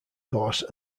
course